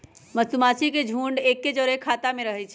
मधूमाछि के झुंड एके जौरे ख़ोता में रहै छइ